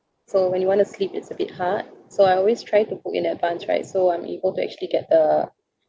so when you want to sleep it's a bit hard so I always try to book in advance right so I'm able to actually get a